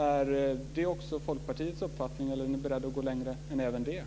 Är det också Folkpartiets uppfattning, eller är ni beredda att gå längre även där?